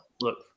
Look